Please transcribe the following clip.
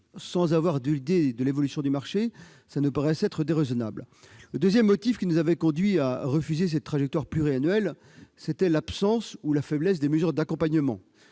sans avoir idée de l'évolution du marché. Le deuxième motif qui nous avait conduits à refuser cette trajectoire pluriannuelle était l'absence ou la faiblesse des mesures d'accompagnement.